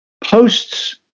posts